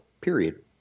Period